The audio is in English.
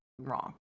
wrong